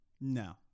No